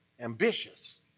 Ambitious